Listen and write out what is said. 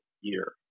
year